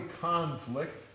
conflict